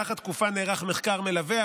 במהלך התקופה נערך מחקר מלווה,